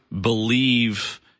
believe